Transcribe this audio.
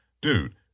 Dude